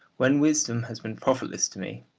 when wisdom has been profitless to me,